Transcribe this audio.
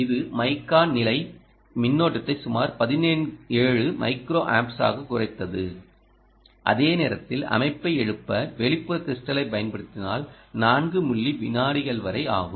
இது மைக்கா நிலை மின்னோட்டத்தை சுமார் 17 மைக்ரோ ஆம்ப்ஸாகக் குறைத்தது அதே நேரத்தில் அமைப்பை எழுப்ப வெளிப்புற க்றிஸ்டலைப் பயன்படுத்தினால் 4 மில்லி விநாடிகள் வரை ஆகும்